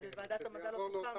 וועדת המדע לא תפעל,